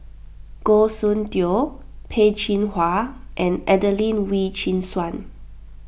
Goh Soon Tioe Peh Chin Hua and Adelene Wee Chin Suan